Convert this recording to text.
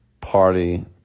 party